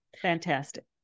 Fantastic